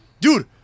Dude